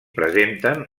presenten